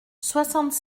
soixante